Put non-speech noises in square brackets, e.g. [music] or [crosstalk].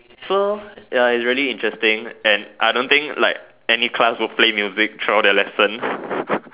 so ya it's really interesting and I don't think like any class will play music throughout their lesson [breath]